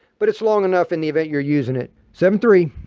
but it's long enough in the event you're using it. seventy three.